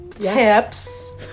Tips